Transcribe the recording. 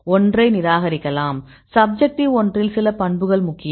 ஒன்றை நிராகரிக்கலாம் சப்ஜெக்ட்டிவ் ஒன்றில் சில பண்புகள் முக்கியம்